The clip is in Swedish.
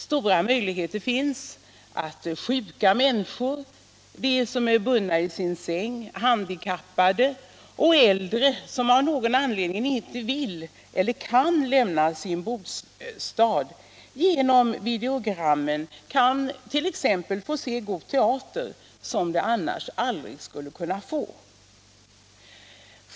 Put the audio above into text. Stora möjligheter finns att sjuka människor, som är bundna vid sin säng, liksom handikappade och äldre, som av någon anledning inte vill eller kan lämna sin bostad, genom videogrammen t.ex. kan få se god teater som de aldrig annars skulle kunna se.